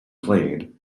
played